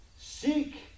Seek